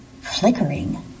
flickering